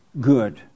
good